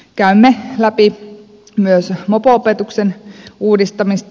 käymme läpi myös mopo opetuksen uudistamista